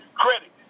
credit